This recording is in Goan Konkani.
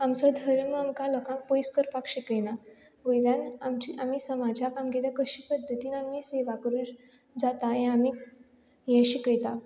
आमचो धर्म आमकां लोकांक पयस करपाक शिकयना वयल्यान आमचे आमी समाजाक आमगेले कशें पद्दतीन आमी सेवा करूंक जाता हें आमी हें शिकयता